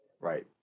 right